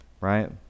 Right